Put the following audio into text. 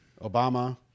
Obama